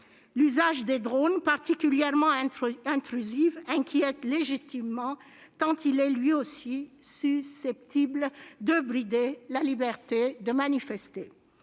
L'usage des drones, particulièrement intrusif, inquiète légitimement, tant il est lui aussi susceptible de brider la liberté de manifester.